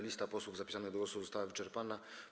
Lista posłów zapisanych do głosu została wyczerpana.